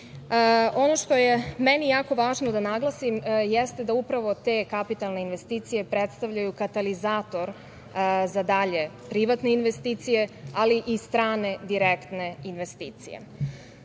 što je meni jako važno da naglasim jeste da upravo te kapitalne investicije predstavljaju katalizator za dalje privatne investicije, ali i strane direktne investicije. Ukupna